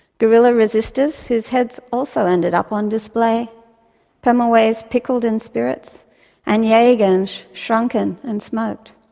guerrilla resisters whose heads also ended up on display pemulwuy's pickled in spirits and yagan's shrunken and smoked.